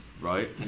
right